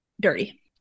Dirty